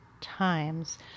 times